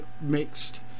mixed